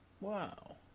Wow